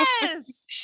Yes